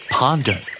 Ponder